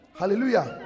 hallelujah